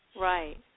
Right